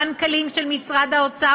המנכ"לים של משרדי האוצר,